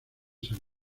san